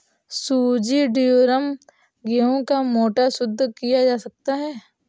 सूजी ड्यूरम गेहूं का मोटा, शुद्ध किया हुआ गेहूं है